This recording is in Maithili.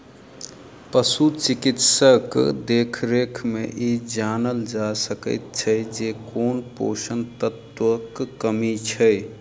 पशु चिकित्सकक देखरेख मे ई जानल जा सकैत छै जे कोन पोषण तत्वक कमी छै